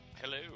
Hello